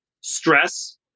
stress